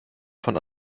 von